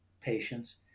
patients